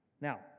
Now